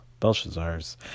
Belshazzars